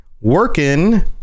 working